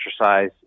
exercise